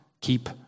keep